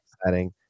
exciting